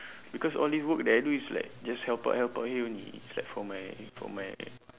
because all these work that I do is like just help out help out here only it's like for my for my